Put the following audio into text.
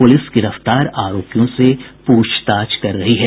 police गिरफ्तार आरोपियों से पूछताछ कर रही है